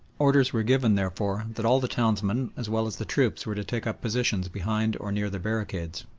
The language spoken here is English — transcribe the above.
orders were given, therefore, that all the townsmen as well as the troops were to take up positions behind or near the barricades,